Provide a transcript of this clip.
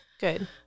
Good